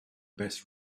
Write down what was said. best